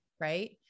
right